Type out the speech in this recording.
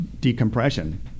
decompression